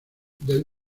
del